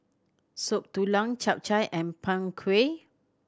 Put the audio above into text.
Soup Tulang Chap Chai and Png Kueh